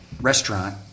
restaurant